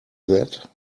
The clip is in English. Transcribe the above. that